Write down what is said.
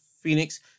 Phoenix